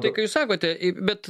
ką jūs sakote bet